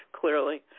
clearly